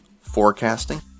forecasting